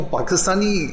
Pakistani